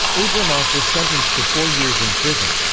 abramoff was sentenced to four years in prison.